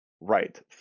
right